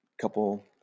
couple